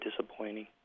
disappointing